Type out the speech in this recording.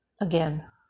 again